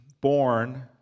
born